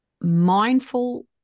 mindful